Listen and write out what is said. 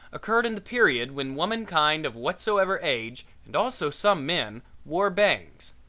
occurred in the period when womankind of whatsoever age and also some men wore bangs,